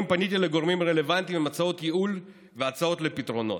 פניתי לגורמים הרלוונטיים עם הצעות ייעול והצעות לפתרונות,